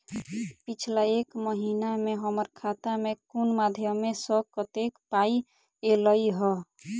पिछला एक महीना मे हम्मर खाता मे कुन मध्यमे सऽ कत्तेक पाई ऐलई ह?